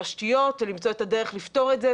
היבשתיות ולמצוא את הדרך לפתור את זה,